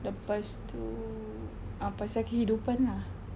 lepas tu ah pasal kehidupan lah